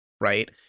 right